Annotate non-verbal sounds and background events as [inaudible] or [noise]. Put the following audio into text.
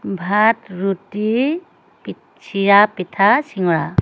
ভাত ৰুটি [unintelligible] চিৰা পিঠা চিঙৰা